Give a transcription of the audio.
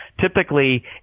Typically